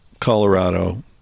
Colorado